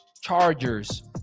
Chargers